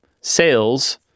sales